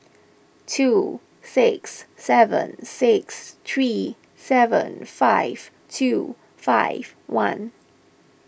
two six seven six three seven five two five one